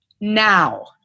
now